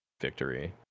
victory